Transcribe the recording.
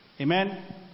amen